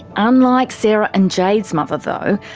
unlike sarah and jade's mother though,